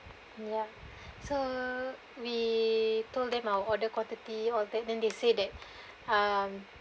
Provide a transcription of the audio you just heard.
ya so we told them our order quantity all that and they say that um